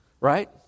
Right